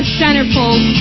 centerfold